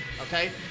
okay